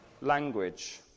language